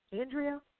Andrea